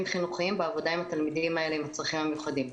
חינוכיים בעבודה עם התלמידים עם הצרכים המיוחדים.